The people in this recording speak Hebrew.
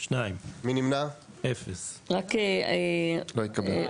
3 נמנעים, 0 ההסתייגות לא התקבלה.